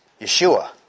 Yeshua